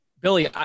Billy